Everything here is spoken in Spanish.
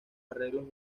arreglos